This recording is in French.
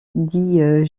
dit